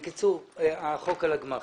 בקיצור, החוק על הגמ"חים.